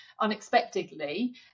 unexpectedly